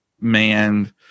Manned